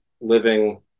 living